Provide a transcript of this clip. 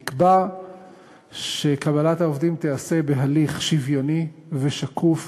נקבע שקבלת העובדים תיעשה בתהליך שוויוני ושקוף,